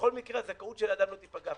ובכל מקרה הזכאות של אדם לא תיפגע.